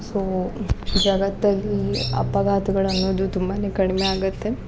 so ಜಗತ್ತಲ್ಲಿ ಅಪಘಾತಗಳನ್ನೋದು ತುಂಬ ಕಡಿಮೆ ಆಗುತ್ತೆ